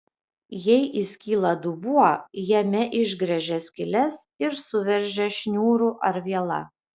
jei įskyla dubuo jame išgręžia skyles ir suveržia šniūru ar viela